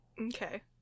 Okay